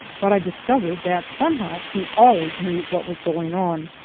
but i discovered that somehow he always knew what was going on.